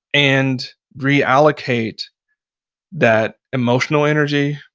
and reallocate that emotional energy,